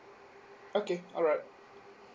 okay alright